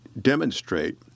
demonstrate